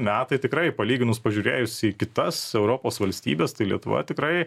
metai tikrai palyginus pažiūrėjus į kitas europos valstybes tai lietuvoje tikrai